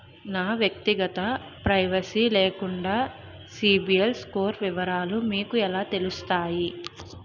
నా వ్యక్తిగత ప్రైవసీ లేకుండా సిబిల్ స్కోర్ వివరాలు మీకు ఎలా తెలుస్తాయి?